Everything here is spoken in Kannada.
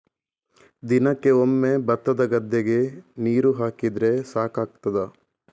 ದಿನಕ್ಕೆ ಒಮ್ಮೆ ಭತ್ತದ ಗದ್ದೆಗೆ ನೀರು ಹಾಕಿದ್ರೆ ಸಾಕಾಗ್ತದ?